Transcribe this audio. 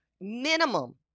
minimum